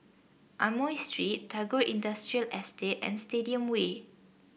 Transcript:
Amoy Street Tagore Industrial Estate and Stadium Way